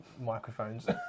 microphones